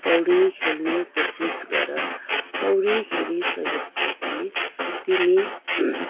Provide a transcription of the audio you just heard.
पौडी खेल्ने कोसिस गर पौडी खेलिसकेपछि तिमी